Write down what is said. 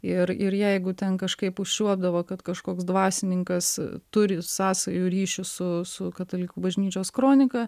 ir ir jeigu ten kažkaip užčiuopdavo kad kažkoks dvasininkas turi sąsajų ryšių su su katalikų bažnyčios kronika